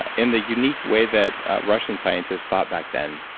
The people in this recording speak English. ah in the unique way that russian scientists thought back then.